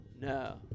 No